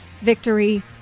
victory